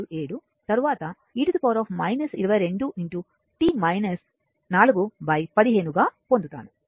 727 తరువాత e 2215 గా పొందుతారు